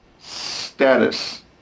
status